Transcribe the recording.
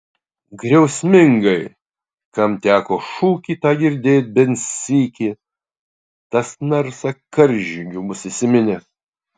griausmingai kam teko šūkį tą girdėt bent sykį tas narsą karžygių bus įsiminęs